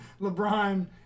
LeBron